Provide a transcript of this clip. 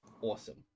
awesome